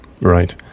Right